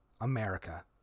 America